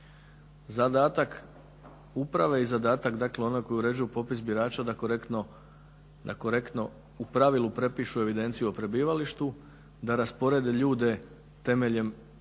Zadatak uprave i dakle one koji uređuju popis birača da korektno u pravilu prepiše evidenciju u prebivalištu da rasporede ljude temeljem